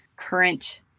current